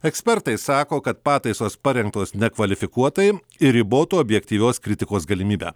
ekspertai sako kad pataisos parengtos nekvalifikuotai ir ribotų objektyvios kritikos galimybę